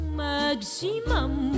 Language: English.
maximum